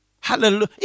Hallelujah